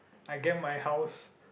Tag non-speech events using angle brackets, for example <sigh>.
I get my house <breath>